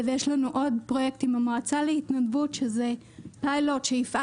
ויש לנו עוד פרויקט עם המועצה להתנדבות שזה פיילוט שיפעל